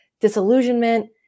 disillusionment